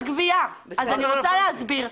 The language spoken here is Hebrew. אני רוצה להסביר לך.